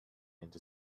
into